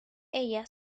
ella